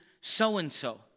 so-and-so